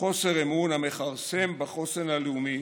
חוסר אמון המכרסם בחוסן הלאומי